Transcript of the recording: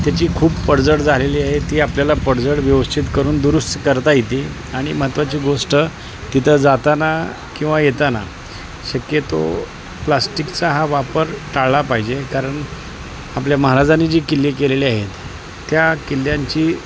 त्याची खूप पडझड झालेली आहे ती आपल्याला पडझड व्यवस्थित करून दुरुस्त करता येते आणि महत्त्वाची गोष्ट तिथं जाताना किंवा येताना शक्यतो प्लास्टिकचा हा वापर टाळला पाहिजे कारण आपल्या महाराजांनी जी किल्ले केलेले आहेत त्या किल्ल्यांची